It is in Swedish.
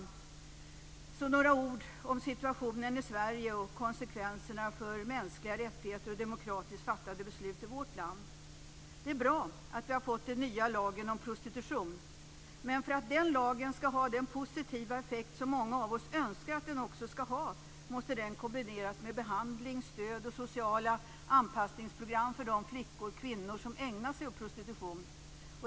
Så vill jag säga några ord om situationen i Sverige och konsekvenserna för mänskliga rättigheter av demokratiskt fattade beslut i vårt land. Det är bra att vi har fått den nya lagen om prostitution. Men för att denna lag skall få den positiva effekt som många av oss önskar måste den kombineras med behandling, stöd och sociala anpassningsprogram för de flickor och kvinnor som ägnar sig åt prostitution.